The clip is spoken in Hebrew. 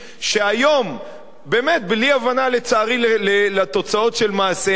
שהיום, באמת, בלי הבנה, לצערי, לתוצאות של מעשיהם,